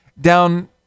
down